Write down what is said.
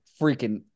freaking